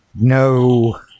No